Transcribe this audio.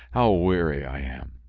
how weary i am!